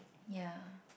ya